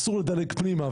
אסור לו לדלג פנימה,